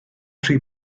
rhy